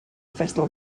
vessel